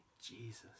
jesus